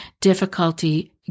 difficulty